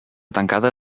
tancada